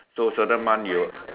so certain month you will